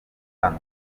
hano